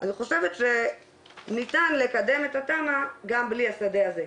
אני חושבת שניתן לקדם את התמ"א גם בלי השדה הזה.